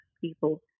people